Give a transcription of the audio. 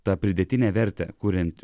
tą pridėtinę vertę kuriant